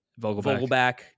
Vogelback